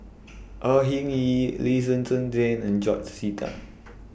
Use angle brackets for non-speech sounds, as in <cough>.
Au Hing Yee Lee Zhen Zhen Jane and George Sita <noise>